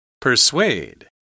Persuade